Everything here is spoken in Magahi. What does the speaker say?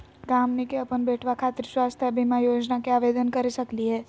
का हमनी के अपन बेटवा खातिर स्वास्थ्य बीमा योजना के आवेदन करे सकली हे?